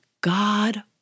God